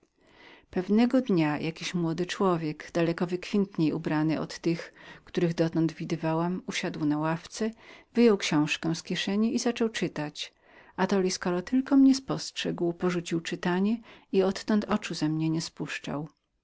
pewnego dnia jakiś młody człowiek daleko wykwintniej ubrany od tych których dotąd widziałam usiadł na ławce wyjął książkę z kieszeni i zaczął czytać atoli skoro tylko mnie spostrzegł porzucił czytanie i odtąd oczu ze mnie nie